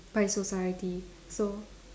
by society so